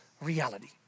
reality